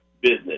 business